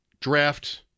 draft